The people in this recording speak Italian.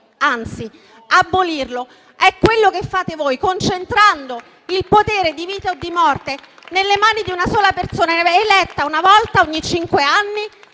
anzi abolirlo è quello che fate voi, concentrando il potere di vita o di morte nelle mani di una sola persona eletta una volta ogni cinque anni